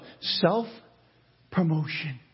Self-promotion